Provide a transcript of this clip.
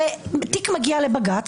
הרי תיק מגיע לבג"ץ,